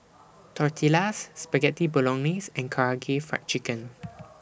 Tortillas Spaghetti Bolognese and Karaage Fried Chicken